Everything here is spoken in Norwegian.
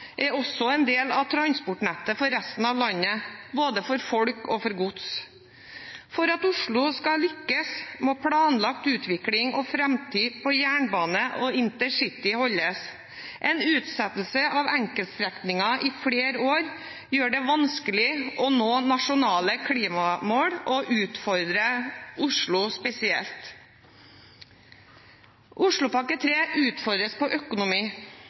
er også en del av transportnettet for resten av landet, både for folk og for gods. For at Oslo skal lykkes, må planlagt utvikling og framtid på jernbane og InterCity holdes. En utsettelse av enkeltstrekninger i flere år gjør det vanskelig å nå nasjonale klimamål og utfordrer Oslo spesielt. Oslopakke 3 utfordres på økonomi.